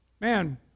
man